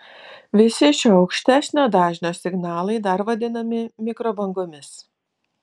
visi šiuo aukštesnio dažnio signalai dar vadinami mikrobangomis